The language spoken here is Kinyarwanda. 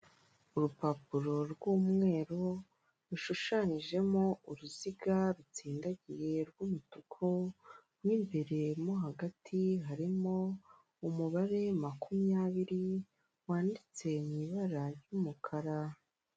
Urupapuro rw'umweru rushushanyijemo uruziga rutsindagiye rw'umutuku, mo imbere mo hagati harimo umubare makumyabiri wanditse mu ibara ry'umukara.